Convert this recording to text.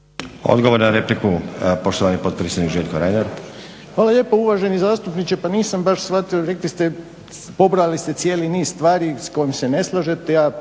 Odgovor na repliku, poštovani potpredsjednik Željko Reiner. **Reiner, Željko (HDZ)** Hvala lijepo. Uvaženi zastupniče pa nisam baš shvatio, rekli ste, pobrojali ste cijeli niz stvari s kojima se ne slažete,